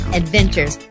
adventures